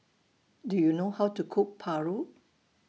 Do YOU know How to Cook Paru